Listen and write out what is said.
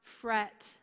fret